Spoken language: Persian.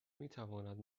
میتواند